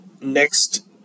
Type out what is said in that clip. Next